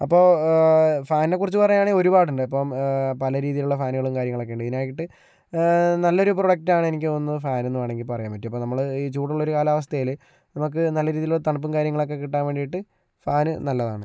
അപ്പോൾ ഫാനിനെക്കുറിച്ച് പറയുകയാണെങ്കിൽ ഒരുപാടുണ്ട് അപ്പോൾ പലരീതിയിലുള്ള ഫാനുകളും കാര്യങ്ങളൊക്കെയുണ്ട് ഇതിനായിട്ട് നല്ലൊരു പ്രൊഡക്ടാണ് എനിക്ക് തോന്നുന്നു ഫാനെന്നു വേണമെങ്കിൽ പറയാൻ പറ്റും അപ്പോൾ നമ്മള് ഈ ചൂടുള്ളൊരു കാലാവസ്ഥയില് നമ്മൾക്ക് നല്ല രീതിയിലുള്ള തണുപ്പും കാര്യങ്ങളൊക്കെ കിട്ടാൻ വേണ്ടിയിട്ട് ഫാൻ നല്ലതാണ്